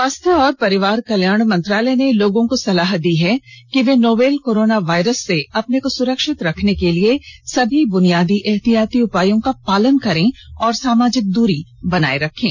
स्वास्थ्य और परिवार कल्याण मंत्रालय ने लोगों को सलाह दी है कि वे नोवल कोरोना वायरस से अपने को सुरक्षित रखने के लिए सभी बुनियादी एहतियाती उपायों का पालन करें और सामाजिक दूरी बनाए रखें